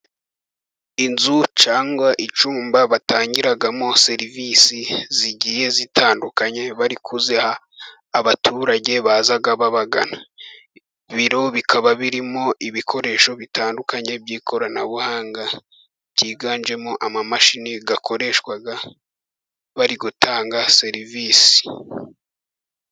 Inzu cyangwa icyumba batangiramo serivisi zigiye zitandukanye, bari kuziha abaturage baza babagana. Ibiro bikaba birimo ibikoresho bitandukanye by'ikoranabuhanga, byiganjemo amamashini akoreshwa bari gutanga serivisi.